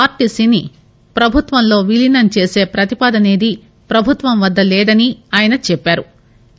ఆర్టీసీని ప్రభుత్వంలో విలీనం చేసే ప్రతిపాదన ఏదీ ప్రభుత్వం వద్ద లేదని ఆయన చెప్పారు